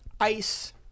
ice